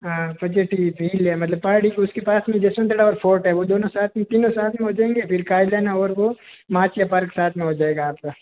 हाँ पछेट्टी एक हील है मतलब पहाड़ी उस के पास मे जसवंत ठाडा और फ़ोर्ट हैं वो दोनों साथ में तीनों साथ मे हो जाएंगे फिर कायलाना और वो माचिया पार्क साथ मे हो जाएगा आप का